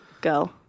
Go